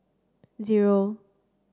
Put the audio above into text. zero